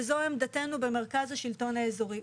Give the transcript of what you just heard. וזו עמדתנו במרכז השלטון האזורי.